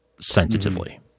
sensitively